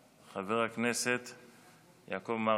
חבר הכנסת יעקב מרגי,